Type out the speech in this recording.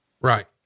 Right